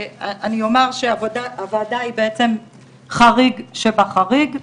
אני אומר שהוועדה היא בעצם החריג שבחריג.